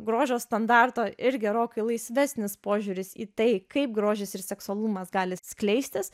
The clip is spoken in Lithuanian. grožio standarto ir gerokai laisvesnis požiūris į tai kaip grožis ir seksualumas gali skleistis